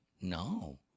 no